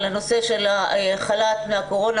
הנושא של החל"ת מהקורונה,